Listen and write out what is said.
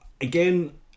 again